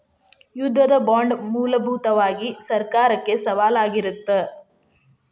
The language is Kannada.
ಯುದ್ಧದ ಬಾಂಡ್ ಮೂಲಭೂತವಾಗಿ ಸರ್ಕಾರಕ್ಕೆ ಸಾಲವಾಗಿರತ್ತ